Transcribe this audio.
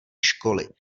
školy